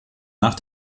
nach